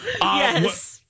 Yes